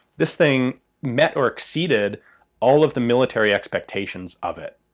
this thing met or exceeded all of the military expectations of it.